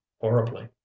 horribly